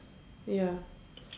ya